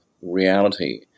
reality